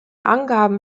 angaben